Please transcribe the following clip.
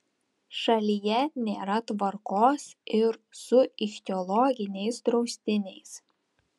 šalyje nėra tvarkos ir su ichtiologiniais draustiniais